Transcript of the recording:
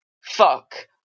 fuck